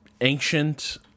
ancient